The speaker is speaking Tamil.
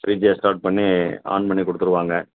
ஃப்ரிட்ஜை ஸ்டார்ட் பண்ணி ஆன் பண்ணி கொடுத்துருவாங்க